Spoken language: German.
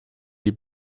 die